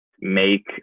make